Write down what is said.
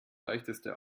leichteste